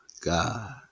God